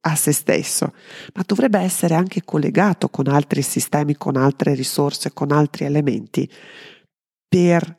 a se stesso, ma dovrebbe essere anche collegato con altri sistemi, con altre risorse, con altri elementi per